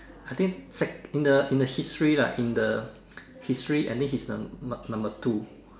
I think sec~ in the in the history lah in this history I think he's the num~ number two